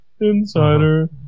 Insider